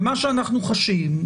ומה שאנחנו חשים,